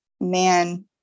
man